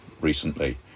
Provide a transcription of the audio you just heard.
recently